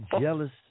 jealous